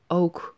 ook